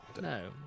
no